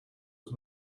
was